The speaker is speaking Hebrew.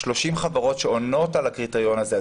30 חברות שעונות על הקריטריון הזה,